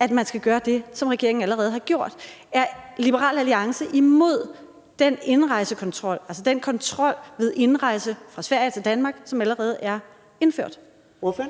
at man skal gøre det, som regeringen allerede har gjort. Er Liberal Alliance imod den indrejsekontrol, altså den kontrol ved indrejse fra Sverige til Danmark, som allerede er indført? Kl. 14:41 Første